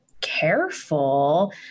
careful